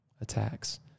attacks